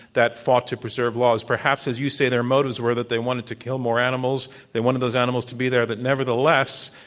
that fought to preserve laws. perhaps, as you say, their motives were that they wanted to kill more animals, they wanted those animals to be there. but nevertheless,